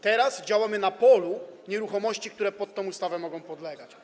Teraz działamy na polu nieruchomości, które pod tę ustawę mogą podlegać.